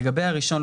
לגבי הראשון,